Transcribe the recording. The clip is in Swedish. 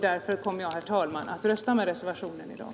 Därför kommer jag, herr talman, att rösta med reservationen i dag.